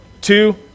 two